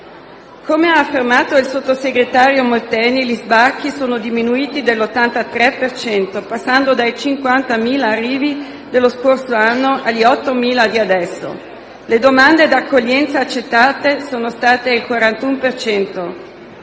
Come ha affermato il sottosegretario Molteni, gli sbarchi sono diminuiti dell'83 per cento, passando dai 50.000 arrivi dello scorso anno agli 8.000 di adesso. Le domande d'accoglienza accettate sono state il 41